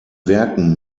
werken